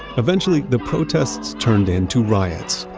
eventually, the protests turned into riots,